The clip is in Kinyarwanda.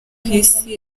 isi